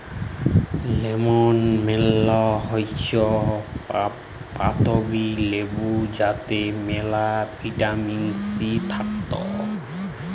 lemon মালে হৈচ্যে পাতাবি লেবু যাতে মেলা ভিটামিন সি থাক্যে